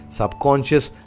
subconscious